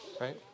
right